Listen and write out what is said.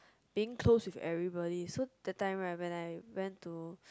being close to everybody so that time right when I when to